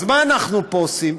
אז מה אנחנו פה עושים?